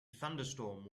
thunderstorm